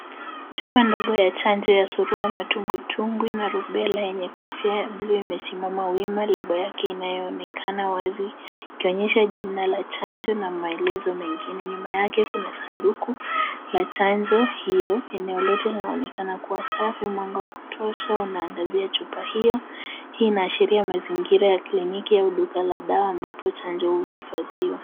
Chupa ndogo ya chanjo ya Surua, Matumbwitumbwi na Rubella yenye kofia ya blue imesimama wima, lebo yake inayoonekana wazi ikionyesha jina ya chanjo na melezo mengine. Nyuma yake kuna sanduku ya chanjo hio. Eneo lote linaonekana kuwa safi. Mwanga wa kutosha unaangazia chupa hio. Hii inaashiria mazingira ya kliniki au duka la dawa ambapo chanjo huhifadhiwa.